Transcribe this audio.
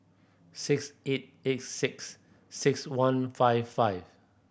six eight eight six six one five five